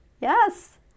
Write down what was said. Yes